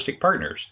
Partners